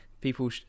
people